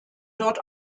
dort